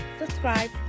subscribe